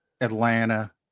Atlanta